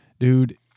Dude